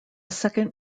second